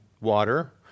water